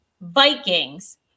Vikings